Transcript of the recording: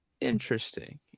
Interesting